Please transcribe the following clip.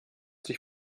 sich